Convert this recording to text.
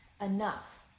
enough